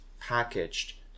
packaged